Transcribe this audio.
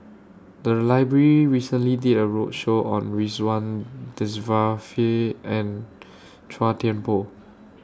The Library recently did A roadshow on Ridzwan Dzafir and Chua Thian Poh